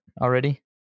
already